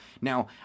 Now